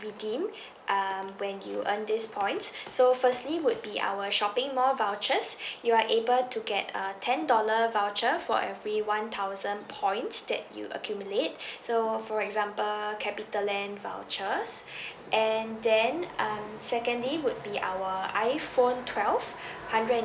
redeem um when you earn this points so firstly would be our shopping mall vouchers you are able to get uh ten dollar voucher for every one thousand points that you accumulate so for example capitaland vouchers and then um secondly would be our iPhone twelve hundred and